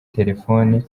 telefone